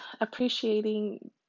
appreciating